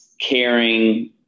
caring